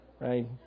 Right